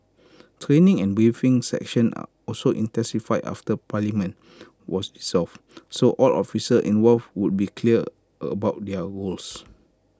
training and briefing session are also intensified after parliament was solved so all officer involved would be clear about their roles